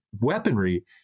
weaponry